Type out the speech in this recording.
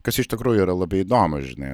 kas iš tikrųjų yra labai įdomu žinai